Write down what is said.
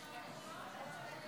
התשפ"ד 2024, נתקבל.